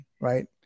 right